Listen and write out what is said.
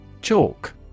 Chalk